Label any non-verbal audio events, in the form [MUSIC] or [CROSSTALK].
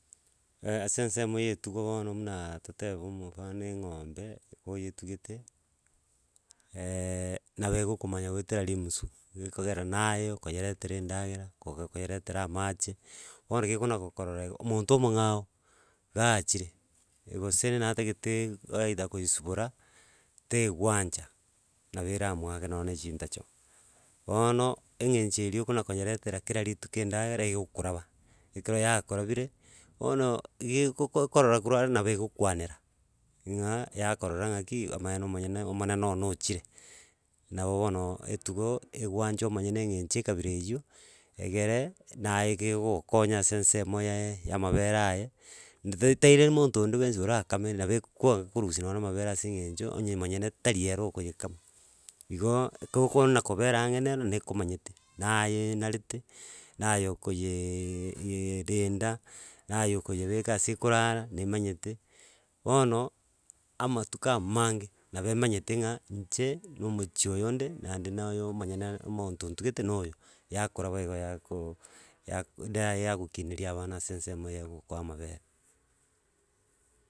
[HESITATION] ase ensemo ya etugo bono buna totebe omofano eng'ombe goyetugete [HESITATION] nabo egokomanya goetera rismusu gekogera naye okonyeretera endagera koga koyeretera amache, bono gekona gokorora igo omonto omong'ao gachire gose natagete aitha koyesibora, tegwancha nabo eramwake nonye chintacho. Bono eng'encho eri okonakonyeretera kera rituko endagera iga egokoraba, ekero yakorabire, bono iga ekokorora korwa ari nabo egokwanera ng'a yakorora ng'aki amaene omonene ono ochire, nabo bono etugo egwancha omonyene eng'encho ekabira eywo egere naye gegogokonya ase ensemo yaeee yamabere aye nintaitaire monto onde bwensi orakame nabo egokokwanga korusi nonye na amabere ase eng'encho onye monyene tari ero okoyekama. Igooo ekero okona na kobera ang'e na ero nekomanyete, naye enarete naye okoyeeeee yeeerenda, naye okoyebeka ase ekorara nemanyete, bono amatuko amange nabo emanyete ng'a inche, na omochi oyo nde nande na oyomonyene omonto ontugete noyo, yakorabo igo yakooo da yagokinera abana ase ensemo yagokoa amabere.